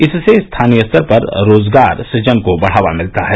इससे स्थानीय स्तर पर रोजगार सुजन को बढ़ावा मिलता है